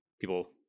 people